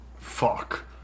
Fuck